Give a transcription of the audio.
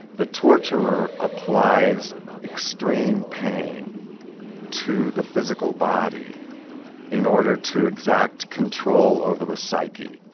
the torturer applies extreme pain to the physical body in order to exact control over the psyche.